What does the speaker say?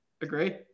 agree